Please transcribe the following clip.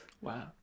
wow